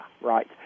right